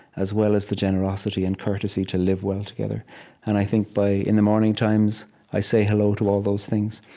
as well as the generosity and courtesy, to live well together and i think, in the morning times, i say hello to all those things,